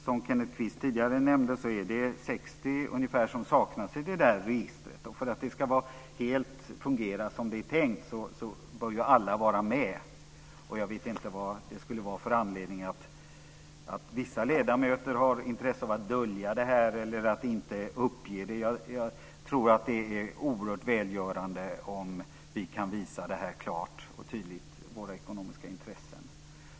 Som Kenneth Kvist tidigare nämnde är det ungefär 60 som saknas i registret. För att det ska fungera som det är tänkt bör ju alla vara med. Jag vet inte vad det skulle finnas för anledning till att vissa ledamöter har intresse av att dölja detta eller inte uppge det. Jag tror att det vore oerhört välgörande om vi kunde visa våra ekonomiska intressen klart och tydligt.